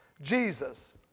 Jesus